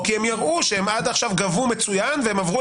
או כי הם יראו שהם עד עכשיו גבו מצוין והם עברו